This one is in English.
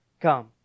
come